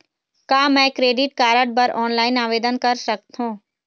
का मैं credit card बर ऑनलाइन आवेदन कर सकथों?